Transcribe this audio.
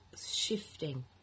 shifting